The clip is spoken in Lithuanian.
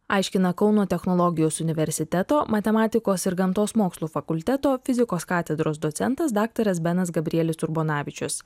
aiškina kauno technologijos universiteto matematikos ir gamtos mokslų fakulteto fizikos katedros docentas daktaras benas gabrielis urbonavičius